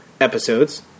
episodes